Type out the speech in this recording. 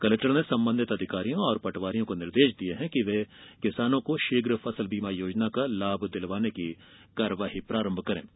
collector ने संबंधित अधिकारियों एवं पटवारियों को निर्देश दिये हैं कि किसानों को शीघ्र फसल बीमा योजना का लाभ दिलवाने की कार्यवाही प्रारंभ की जाये